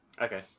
Okay